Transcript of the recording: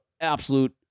absolute